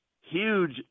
huge